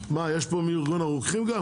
נציגים מארגון הרוקחים?